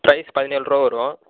price பதினேழுருவா வரும்